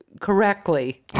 correctly